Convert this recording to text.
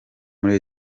muri